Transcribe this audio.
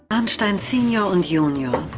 lahnstein senior and junior.